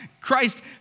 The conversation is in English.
Christ